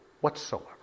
whatsoever